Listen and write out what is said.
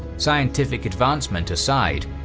scientific advancement aside,